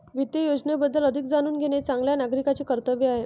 वित्त योजनेबद्दल अधिक जाणून घेणे चांगल्या नागरिकाचे कर्तव्य आहे